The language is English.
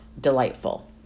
delightful